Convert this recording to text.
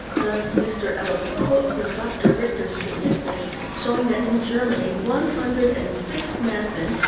thus mr. ellis quotes from dr. richter's statistics showing that in germany, one hundred and six madmen,